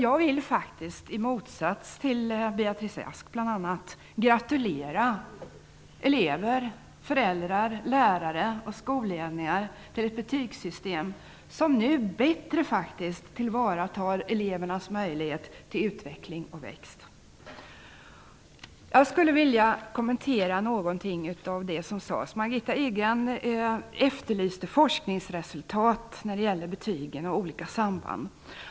Jag vill faktiskt, i motsats till bl.a. Beatrice Ask, gratulera elever, föräldrar. lärare och skolledningar till ett betygssystem som nu faktiskt bättre tillvaratar elevernas möjlighet till utveckling och växt. Jag skulle vilja ta upp något av det som har sagts här tidigare. Margitta Edgren efterlyste forskningsresultat när det gäller betygen och olika samband.